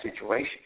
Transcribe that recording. situation